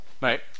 Right